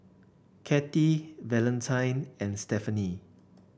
Cathey Valentine and Stephenie